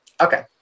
Okay